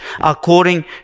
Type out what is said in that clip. according